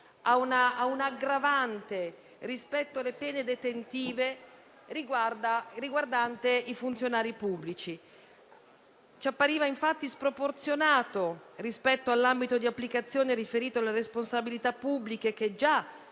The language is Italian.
a un'aggravante rispetto alle pene detentive, per quanto concerne i funzionari pubblici. Ci appariva infatti sproporzionato rispetto all'ambito di applicazione riferito alle responsabilità pubbliche, che già